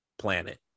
planet